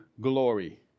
glory